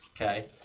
okay